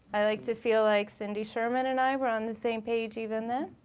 i like to feel like cindy sherman and i were on the same page even then.